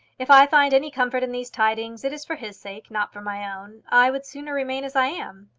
if i find any comfort in these tidings it is for his sake, not for my own. i would sooner remain as i am.